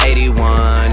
81